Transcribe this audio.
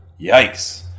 yikes